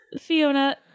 Fiona